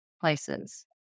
places